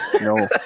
No